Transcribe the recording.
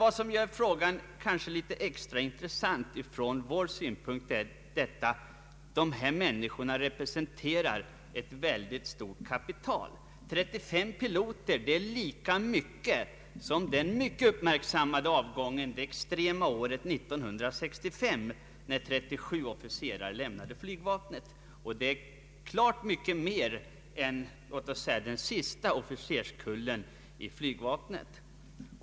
Vad som emellertid kanske gör frågan extra intressant från riksdagens synpunkt är att dessa människor representerar ett mycket stort kapital. 35 piloter är lika mycket som den livligt uppmärksammade avgången det extrema året 1965, när 37 officerare lämnade flygvapnet. Det är mer än låt oss säga den senaste officerskullen i flygvapnet.